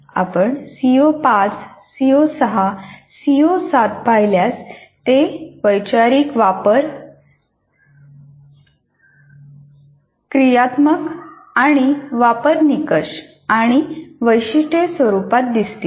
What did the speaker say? आपण CO 5 CO 6 CO 7 पाहिल्यास ते वैचारिक वापर वापर क्रियात्मक आणि वापर निकष आणि वैशिष्ट्ये स्वरूपात दिसतील